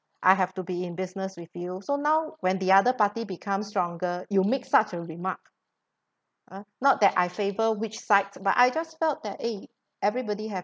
I have to be in business with you so now when the other party become stronger you make such a remark uh not that I favour which sides but I just felt that eh everybody have